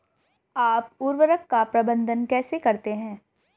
आप उर्वरक का प्रबंधन कैसे करते हैं?